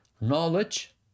knowledge